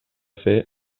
fer